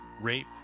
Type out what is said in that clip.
rape